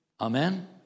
Amen